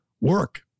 work